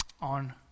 on